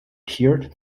cared